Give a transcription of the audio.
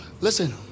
Listen